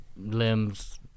limbs